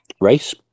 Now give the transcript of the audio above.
race